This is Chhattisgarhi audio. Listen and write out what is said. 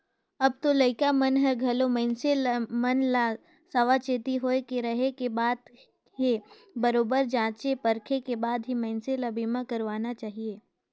अब तो लइका मन हर घलो मइनसे मन ल सावाचेती होय के रहें के बात हे बरोबर जॉचे परखे के बाद ही मइनसे ल बीमा करवाना चाहिये